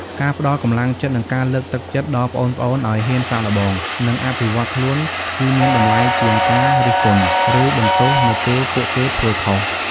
ការផ្ដល់កម្លាំងចិត្ត និងការលើកទឹកចិត្ត ដល់ប្អូនៗឱ្យហ៊ានសាកល្បង និងអភិវឌ្ឍខ្លួន គឺមានតម្លៃជាងការរិះគន់ ឬបន្ទោសនៅពេលពួកគេធ្វើខុស។